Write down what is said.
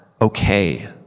okay